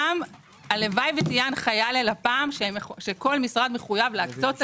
הלוואי שתהיה הנחיה ללפמ"ם שכל משרד מחויב להקצות תקציב.